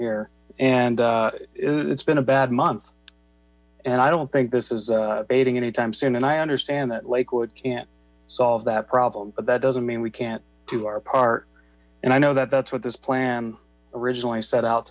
here and it's been a bad month and i don't think this is fading anytime soon and i understand that lakewood can't solve that problem but that doesn't mean we can't do our part and i know that that's what this plan originally set out